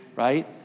right